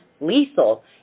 lethal